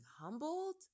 humbled